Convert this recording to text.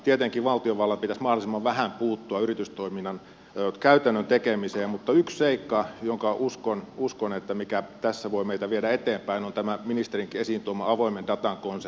tietenkin valtiovallan pitäisi mahdollisimman vähän puuttua yritystoiminnan käytännön tekemiseen mutta yksi seikka josta uskon että se tässä voi meitä viedä eteenpäin on tämä ministerinkin esiin tuoma avoimen datan konsepti